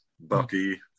Bucky